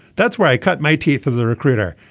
that's where i cut my teeth of the recruiter.